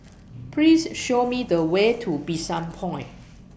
Please Show Me The Way to Bishan Point